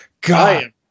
God